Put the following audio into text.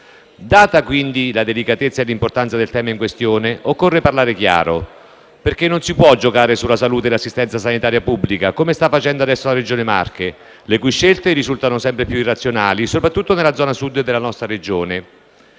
Data quindi la delicatezza e l'importanza del tema in questione, occorre parlare chiaro, perché non si può giocare sulla salute e l'assistenza sanitaria pubblica, come sta facendo adesso la Regione Marche, le cui scelte risultano sempre più irrazionali, soprattutto nella zona Sud della nostra Regione.